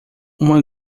uma